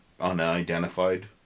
unidentified